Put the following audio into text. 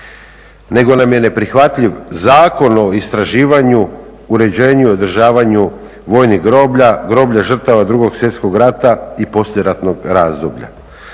nego nam je neprihvatljiv Zakon o istraživanju, uređenju, održavanju vojnih groblja, groblja žrtava II. Svjetskog rata i poslijeratnog razdoblja.